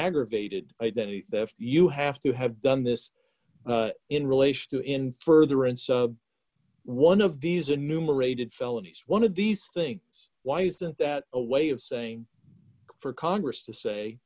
aggravated identity theft you have to have done this in relation to in furtherance of one of these a numerated felonies one of these things why isn't that a way of saying for congress to say